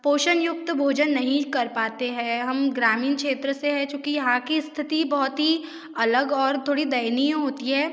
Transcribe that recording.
पोषण युक्त भोजन नहीं कर पाते हैं हम ग्रामीण क्षेत्र से हैं चूंकि यहाँ कि स्थिति बहुत ही अलग और थोड़ी दयनीय होती है